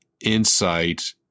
insight